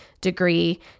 degree